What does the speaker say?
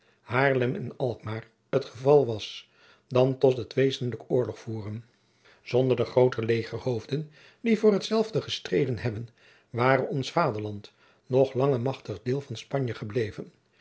haarlem en alkmaar het geval was dan tot het wezenlijk oorlogvoeren zonder de groote legerhoofden die voor hetzelve gestreden hebben ware ons vaderland nog lang een machtig deel van spanje gebleven